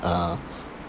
uh